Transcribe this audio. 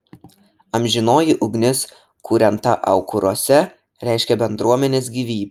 amžinoji ugnis kūrenta aukuruose reiškė bendruomenės gyvybę